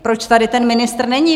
Proč tady ten ministr není?